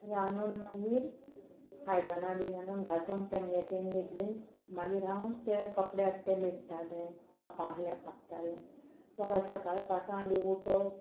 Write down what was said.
रांदून मागीर आयदाना बियदना घांसून तेंगे ती न्हिदलीं मागीर हांव तें कपडे हाडटा मेट्टाले काप्पा आसल्या कापतालें परत सकाळी पांचांक बी उटून